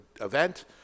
event